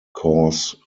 cause